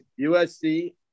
USC